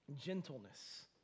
Gentleness